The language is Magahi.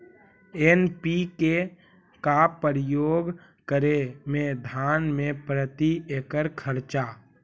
एन.पी.के का प्रयोग करे मे धान मे प्रती एकड़ खर्चा?